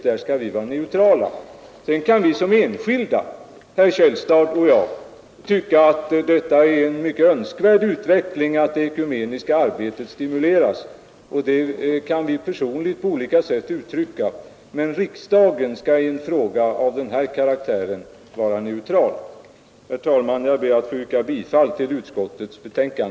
Där skall vi vara neutrala. Sedan kan vi som enskilda, herr Källstad och jag, tycka att det är en mycket önskvärd utveckling att det ekumeniska arbetet stimuleras, och det kan vi personligen på olika sätt uttrycka, men riksdagen skall i en fråga av denna karaktär vara neutral. Herr talman! Jag ber att få yrka bifall till utskottets hemställan.